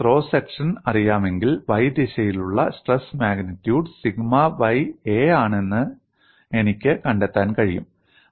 എനിക്ക് cross section അറിയാമെങ്കിൽ y ദിശയിലുള്ള stress magnitude sigma y a ആണെന്ന് എനിക്ക് കണ്ടെത്താൻ കഴിയും